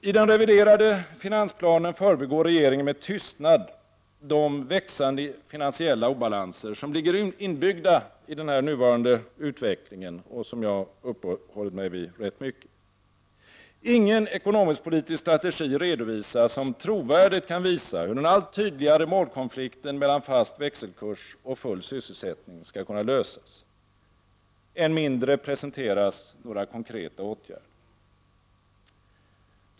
I den reviderade finansplanen förbigår regeringen med tystnad de växande finansiella obalanser som ligger inbyggda i den nuvarande utvecklingen. Ingen ekonomisk-politisk strategi redovisad som trovärdig kan visa hur den allt tydligare målkonflikten mellan fast växelkurs och full sysselsättning skall kunna lösas. Än mindre presenteras några konkreta åtgärder.